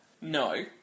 No